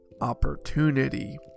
Opportunity